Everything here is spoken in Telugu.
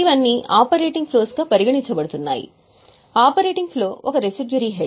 అవన్నీ ఆపరేటింగ్ ఫ్లోస్ గా పరిగణించబడుతున్నాయి ఆపరేటింగ్ ఫ్లో ఒక రెసిడ్యూరీ హెడ్